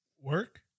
Work